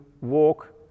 walk